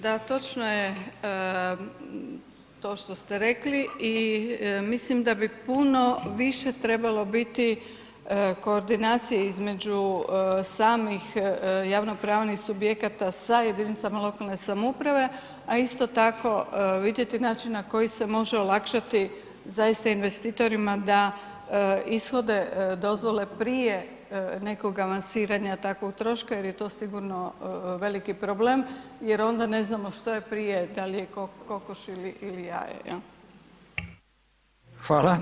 Da, točno je, to što ste rekli i misli da bi puno više trebalo biti koordinacije između samih javnopravnih subjekta sa jedinicama lokalne samouprave, a isto tako vidjeti način na koji se može olakšati zaista investitorima da ishode dozvole prije nekoga lansiranja takvog troška jer je to sigurno veliki problem, jer onda ne znamo što je prije, dal je kokoš ili jaje.